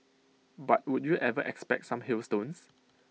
but would you ever expect some hailstones